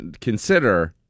consider